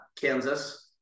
Kansas –